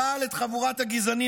אבל את חבורת הגזענים,